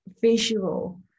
visual